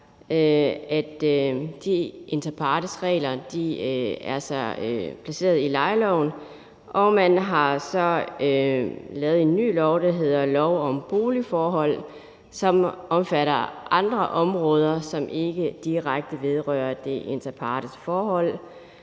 de inter partes-regler er altså placeret i lejeloven – og at man så har lavet en ny lov, der hedder lov om boligforhold, og som omfatter andre områder, som ikke direkte vedrører det inter partes-forhold.